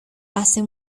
hace